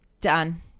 done